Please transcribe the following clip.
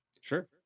Sure